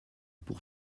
pour